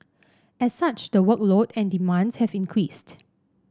as such the workload and demands have increased